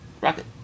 rocket